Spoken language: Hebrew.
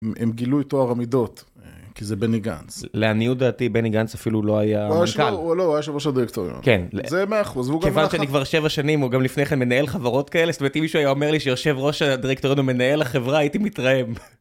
הם גילו את טוהר המידות, כי זה בני גנץ. לעניות דעתי בני גנץ אפילו לא היה המנכ"ל. לא היה יו"ר הדריקטוריון. כיוון שאני כבר 7 שנים או גם לפני כן מנהל חברות כאלה זאת אומרת אם מישהו היה אומר לי שיושב ראש הדריקטוריון הוא מנהל החברה, הייתי מתרעם.